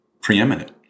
preeminent